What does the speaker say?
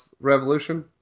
Revolution